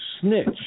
snitch